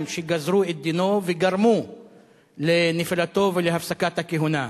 שגזרו את דינו וגרמו לנפילתו ולהפסקת הכהונה,